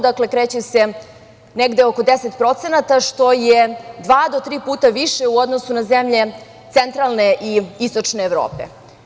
Dakle, kreće se negde oko 10%, što je dva do tri puta više u odnosu na zemlje centralne i istočne Evrope.